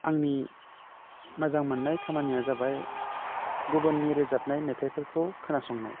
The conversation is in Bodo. आंनि मोजां मोन्नाय खामानिया जाबाय गुबुननि रोजाबनाय मेथाइफोरखौ खोनासंनाय